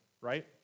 right